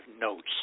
notes